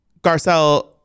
Garcelle